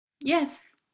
Yes